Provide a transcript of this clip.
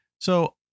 So-